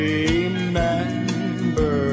Remember